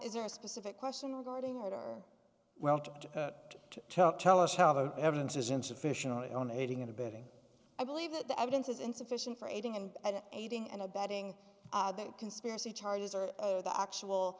is there a specific question regarding her well to tell tell us how the evidence is insufficient on aiding and abetting i believe that the evidence is insufficient for aiding and aiding and abetting conspiracy charges or or the actual